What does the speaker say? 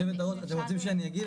אתם רוצים שאני אגיב?